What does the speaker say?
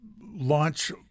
launch